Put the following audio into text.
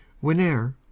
Whene'er